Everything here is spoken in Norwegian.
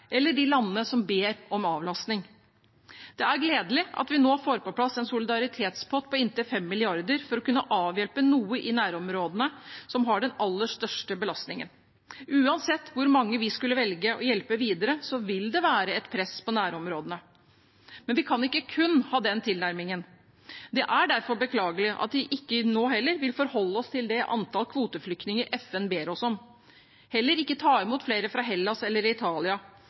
eller de landene som ber om avlastning. Det er gledelig at vi nå får på plass en solidaritetspott på inntil 5 mrd. kr for å kunne avhjelpe noe i nærområdene, som har den aller største belastningen. Uansett hvor mange vi skulle velge å hjelpe videre, vil det være et press på nærområdene. Men vi kan ikke kun ha den tilnærmingen. Det er derfor beklagelig at vi heller ikke nå vil forholde oss til det antallet kvoteflyktninger FN ber oss om, og heller ikke vil ta imot flere fra Hellas eller Italia,